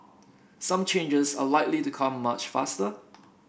some changes are likely to come much faster